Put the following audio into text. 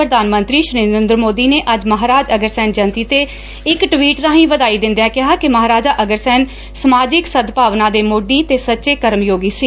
ਪ੍ਰਧਾਨ ਮੰਤਰੀ ਨਰੇਂਦਰ ਮੋਦੀ ਨੇ ਅੱਜ ਮਹਾਰਾਜਾ ਅਗਰਸੈਨ ਜੈਯੰਤੀ ਤੇ ਇਕ ਟਵੀਟ ਰਾਹੀਂ ਵਧਾਈ ਦਿੰਦਿਆਂ ਕਿਹਾ ਕਿ ਮਹਾਰਾਜਾ ਅਗਰਸੈਨ ਸਮਾਜਿਕ ਸਦਭਾਵਨਾ ਦੇ ਮੋਢੀ ਤੇ ਸੱਚੇ ਕਰਮਜੋਗੀ ਸੀ